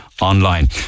online